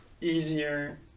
easier